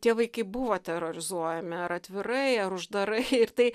tie vaikai buvo terorizuojami ar atvirai ar uždarai ir tai